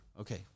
Okay